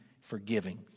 forgiving